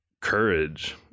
courage